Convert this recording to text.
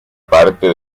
parte